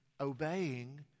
Obeying